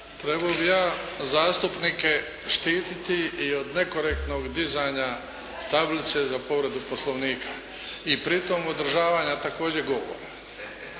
Trebao bi ja zastupnike štititi i od nekorektnog dizanja tablice za povredu Poslovnika i pritom održavanja također govora.